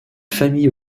famille